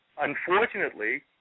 Unfortunately